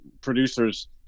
producers